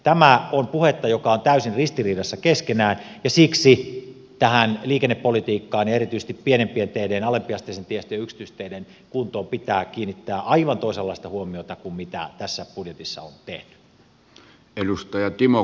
nämä ovat puheita jotka ovat täysin ristiriidassa keskenään ja siksi tähän liikennepolitiikkaan ja erityisesti pienempien teiden ja alempiasteisen tiestön ja yksityis teiden kuntoon pitää kiinnittää aivan toisenlaista huomiota kuin mitä tässä budjetissa on tehty